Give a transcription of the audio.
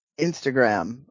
Instagram